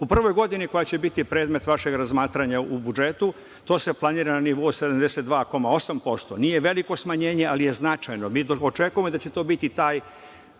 prvoj godini koja će biti predmet vašeg razmatranja u budžetu to se planira na nivou od 72,8%. Nije veliko smanjenje, ali je značajno. Mi očekujemo da će to biti ta